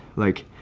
like,